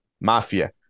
mafia